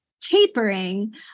tapering